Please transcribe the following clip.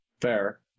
fair